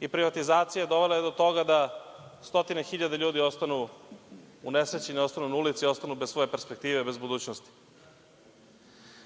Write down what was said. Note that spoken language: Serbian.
i privatizacija, dovela je do toga da stotine hiljada ljudi ostanu unesrećeni, ostanu na ulici, ostanu bez svoje perspektive, bez budućnosti.